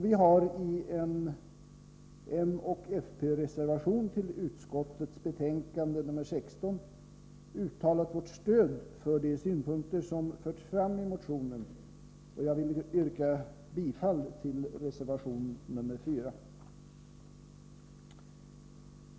Vi har i en moch fp-reservation till utskottets betänkande nr 16 uttalat vårt stöd för de synpunkter som förts fram i motionen. Jag vill yrka bifall till reservation nr 4.